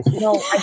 No